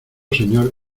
señor